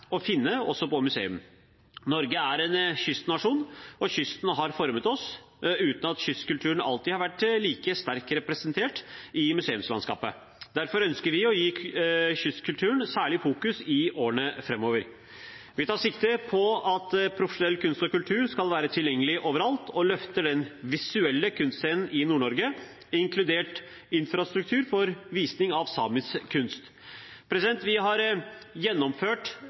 å finne også på museum. Norge er en kystnasjon, og kysten har formet oss, uten at kystkulturen alltid har vært like sterkt representert i museumslandskapet. Derfor ønsker vi å sette kystkulturen særlig i fokus i årene framover. Vi tar sikte på at profesjonell kunst og kultur skal være tilgjengelig overalt og løfter den visuelle kunstscenen i Nord-Norge, inkludert infrastruktur for visning av samisk kunst. Vi har gjennomført